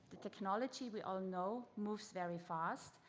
the technology we all know moves very fast,